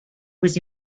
was